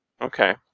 Okay